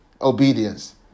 obedience